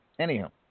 Anyhow